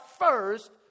first